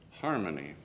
Harmony